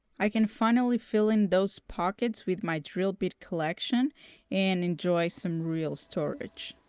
i can finally fill in those pockets with my drill bit collection and enjoy some real storage.